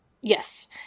Yes